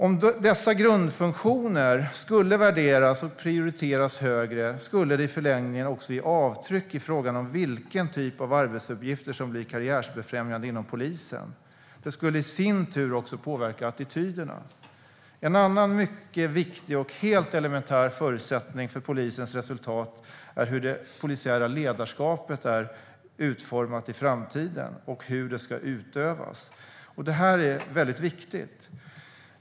Om dessa grundfunktioner skulle värderas och prioriteras högre skulle det i förlängningen också ge avtryck i fråga om vilken typ av arbetsuppgifter som blir karriärbefrämjande inom polisen. Det skulle i sin tur också påverka attityderna. En annan mycket viktig och helt elementär förutsättning för polisens resultat är hur det polisiära ledarskapet i framtiden är utformat och hur det ska utövas. Det är mycket viktigt.